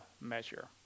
measure